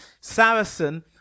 Saracen